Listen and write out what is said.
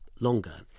longer